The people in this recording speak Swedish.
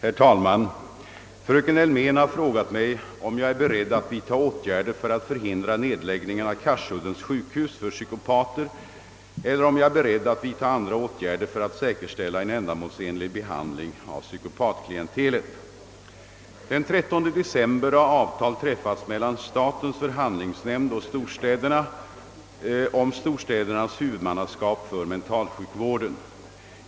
Herr talman! Fröken Elmén har frågat mig om jag är beredd att vidta åtgärder för att förhindra nedläggningen av Karsuddens sjukhus för psykopater eller om jag är beredd att vidta andra åtgärder för att säkerställa en ändamålsenlig behandling av psykopatklientelet. Den 13 december har avtal träffats mellan statens förhandlingsnämnd och storstäderna om storstädernas huvudmannaskap för mentalsjukvården.